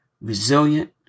resilient